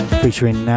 featuring